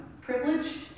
privilege